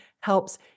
helps